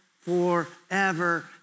forever